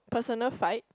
personal fight